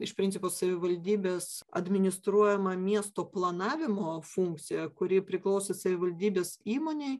iš principo savivaldybės administruojama miesto planavimo funkcija kuri priklausė savivaldybės įmonei